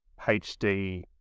HD